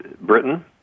Britain